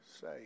say